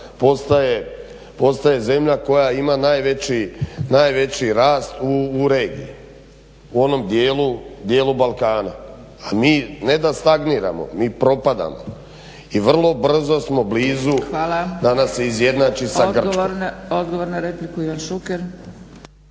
postaje zemlja koja ima najveći rast u regiji u onom dijelu Balkana. A mi ne da stagniramo, mi propadamo. I vrlo brzo smo blizu da nas se izjednači sa Grčkom. **Zgrebec, Dragica